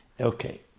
Okay